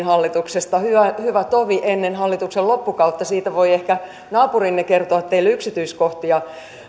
hallituksesta hyvä hyvä tovi ennen hallituksen loppukautta siitä voi ehkä naapurinne kertoa teille yksityiskohtia